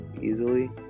easily